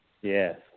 Yes